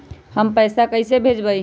हम पैसा कईसे भेजबई?